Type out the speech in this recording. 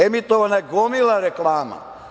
Emitovana je gomila reklama.